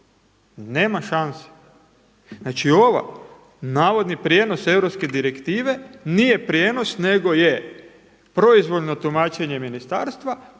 Nema šanse. Znači ovaj navodni prijenos europske direktive nije prijenos nego je proizvoljno tumačenje ministarstva